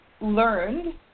learned